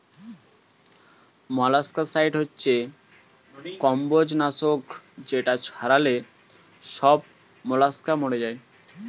molluscicide হচ্ছে কম্বোজ নাশক যেটা ছড়ালে সব মোলাস্কা মরে যায়